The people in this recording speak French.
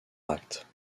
acte